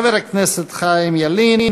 חבר הכנסת חיים ילין,